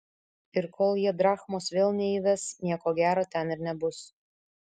ir kol jie drachmos vėl neįves nieko gero ten ir nebus